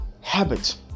habit